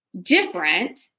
different